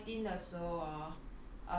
uh eh then 这个